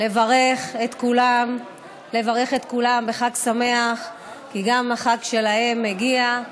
לברך את כולם בחג שמח כי גם החג שלהם הגיע.